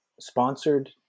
sponsored